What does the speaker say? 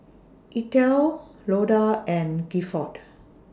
Eithel Loda and Gifford